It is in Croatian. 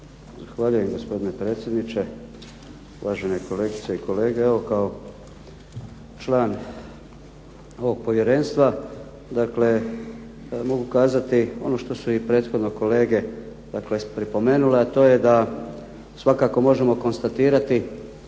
Zahvaljujem gospodine predsjedniče, uvažene kolegice i kolege. Evo kao član ovog povjerenstva dakle mogu kazati ono što su i prethodno kolege dakle pripomenule, a to je da svakako možemo konstatirati,